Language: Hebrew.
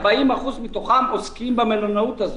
40% מתוכם עוסקים במלונאות הזאת.